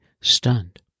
stunned